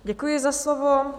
Děkuji za slovo.